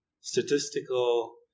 statistical